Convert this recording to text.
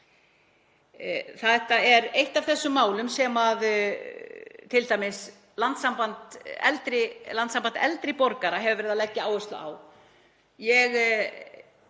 Þetta er eitt af þessum málum sem t.d. Landssamband eldri borgara hefur verið að leggja áherslu á.